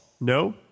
No